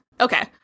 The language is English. Okay